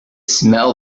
smell